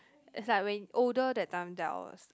it's like when older that time then I'll